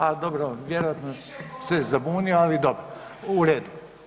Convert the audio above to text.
A dobro vjerojatno se zabunio, ali dobro, u redu.